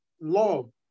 love